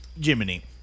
Jiminy